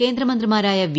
കേന്ദ്രമന്ത്രിമാരായ വി